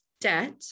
debt